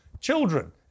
children